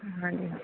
ਹਾਂਜੀ ਹਾਂ